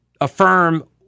affirm